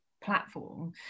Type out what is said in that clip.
platform